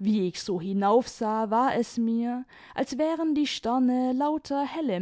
wie ich so hinauf sah war es mir als wären die sterne lauter helle